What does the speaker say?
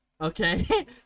okay